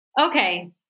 Okay